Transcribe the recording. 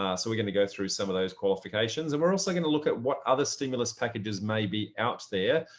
ah so we're going to go through some of those qualifications and we're also going to look at what other stimulus packages may be out there.